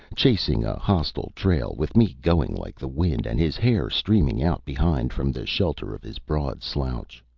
chasing a hostile trail, with me going like the wind and his hair streaming out behind from the shelter of his broad slouch.